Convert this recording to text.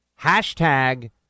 Hashtag